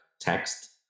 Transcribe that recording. text